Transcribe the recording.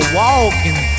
walking